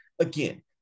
again